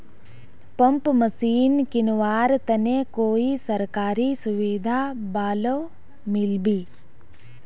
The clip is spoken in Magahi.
पंप मशीन किनवार तने कोई सरकारी सुविधा बा लव मिल्बी?